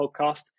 podcast